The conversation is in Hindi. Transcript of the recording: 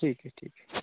ठीक है ठीक है